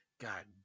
god